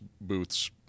Booth's